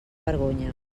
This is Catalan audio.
vergonya